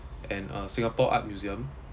and uh singapore art museum